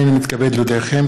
הנני מתכבד להודיעכם,